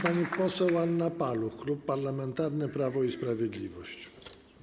Pani poseł Anna Paluch, Klub Parlamentarny Prawo i Sprawiedliwość.